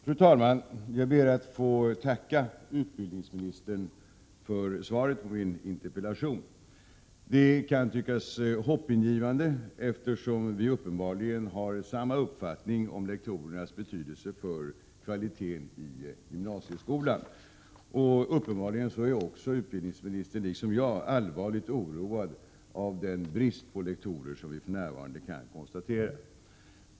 Fru talman! Jag ber att få tacka utbildningsministern för svaret på min interpellation. Det tycks vara hoppingivande, eftersom vi uppenbarligen har samma uppfattning om lektorernas betydelse för kvaliteten i gymnasieskolan. Uppenbarligen är också utbildningsministern, liksom jag, allvarligt oroad över den brist på lektorer som för närvarande kan konstateras.